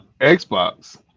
xbox